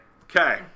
Okay